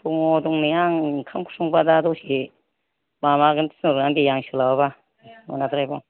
दङ दंनाया आं ओंखाम ओंख्रि संबा दा दसे माबागोन थिनहरगोन दे आं सोलाबाबा मोनाद्रायोबा